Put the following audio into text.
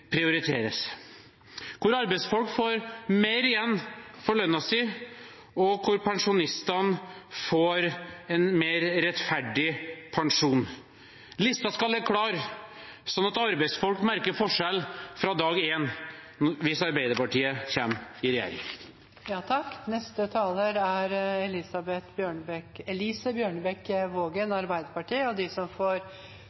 prioriteres. Arbeidsfolk skal få mer igjen for lønnen sin, og pensjonistene skal få en mer rettferdig pensjon. Listen skal ligge klar, slik at arbeidsfolk merker forskjell fra dag én hvis Arbeiderpartiet kommer i